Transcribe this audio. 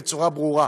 בצורה ברורה.